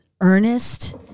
earnest